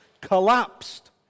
collapsed